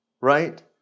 right